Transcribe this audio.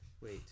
Wait